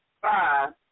five